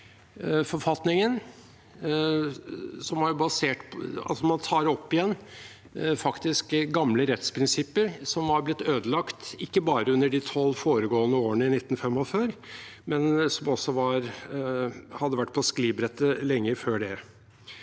faktisk tar opp igjen gamle rettsprinsipper som var blitt ødelagt, ikke bare under de tolv foregående årene i 1945, men som også hadde vært på sklibrettet lenge før det.